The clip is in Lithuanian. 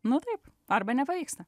na taip arba nepavyksta